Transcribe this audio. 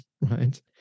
right